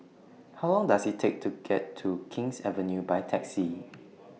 How Long Does IT Take to get to King's Avenue By Taxi